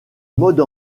mode